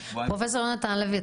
פרופ' יהונתן הלוי,